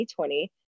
2020